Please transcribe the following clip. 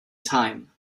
time